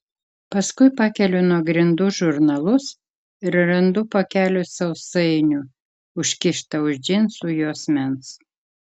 paskui pakeliu nuo grindų žurnalus ir randu pakelį sausainių užkištą už džinsų juosmens